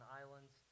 islands